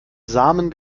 samen